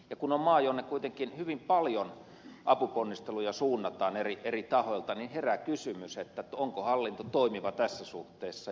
ja kun on maa jonne kuitenkin hyvin paljon apuponnisteluja suunnataan eri tahoilta herää kysymys onko hallinto toimiva tässä suhteessa